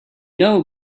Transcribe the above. know